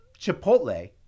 Chipotle